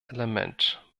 element